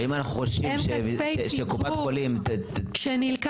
אבל אם אנחנו חושבים שקופת חולים --- כשנלקח